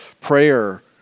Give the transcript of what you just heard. prayer